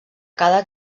cada